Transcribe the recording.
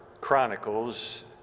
Chronicles